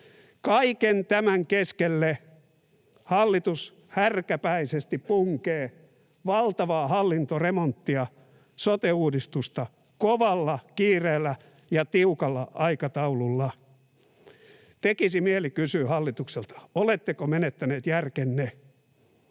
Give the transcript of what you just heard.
Kaiken tämän keskelle hallitus härkäpäisesti punkee valtavaa hallintoremonttia, sote-uudistusta, kovalla kiireellä ja tiukalla aikataululla. Tekisi mieli kysyä hallitukselta: oletteko menettäneet järkenne?